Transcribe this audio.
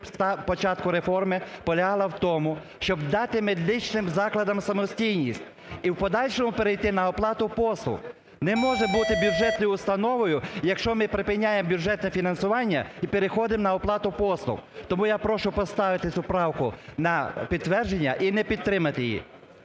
початку реформи полягала в тому, щоб дати медичним закладам самостійність і в подальшому перейти на оплату послуг. Не може бути бюджетною установою, якщо ми припиняємо бюджетне фінансування і переходимо на оплату послуг. Тому я прошу поставити цю правку на підтвердження і не підтримати її.